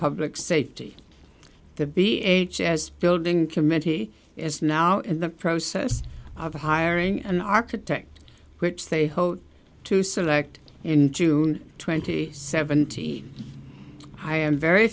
public safety the b a h s building committee is now in the process of hiring an architect which they hope to select in june twenty seventh i am very